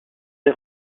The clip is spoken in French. des